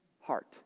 heart